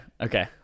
okay